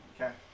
Okay